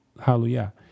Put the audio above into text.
hallelujah